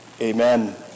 amen